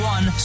One